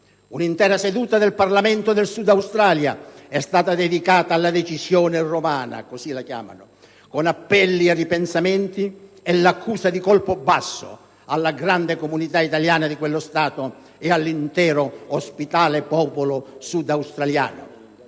Un'intera seduta del Parlamento del South Australia è stata dedicata alla «decisione romana» - così viene chiamata - con appelli a ripensamenti e l'accusa di colpo basso alla grande comunità italiana di quello Stato e all'intero ospitale popolo sudaustraliano.